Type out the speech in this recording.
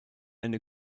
eine